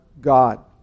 God